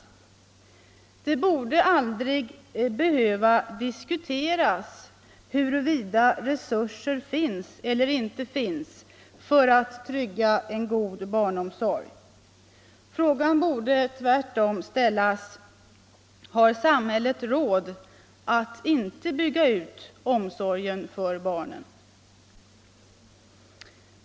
Det borde aldrig behöva diskuteras huruvida resurser finns eller inte finns för att trygga en god barnomsorg. Frågan borde tvärtom ställas: Har samhället råd att inte bygga ut omsorgen för barnen?